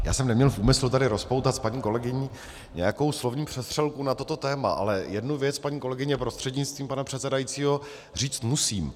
Já jsem neměl v úmyslu tady rozpoutat s paní kolegyní nějakou slovní přestřelku na toto téma, ale jednu věc, paní kolegyně prostřednictvím pana předsedajícího, říct musím.